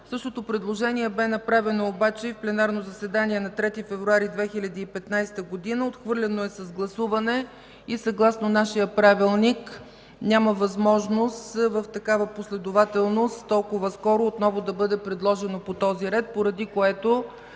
Същото предложение бе направено обаче в пленарното заседание на 3 февруари 2015 г., отхвърлено е с гласуване и съгласно нашия Правилник няма възможност в такава последователност толкова скоро отново да бъде предложено по този ред, поради което